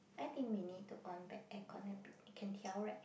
I think we need to on back air cona bit can tell right